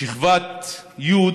בשכבת י'